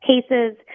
cases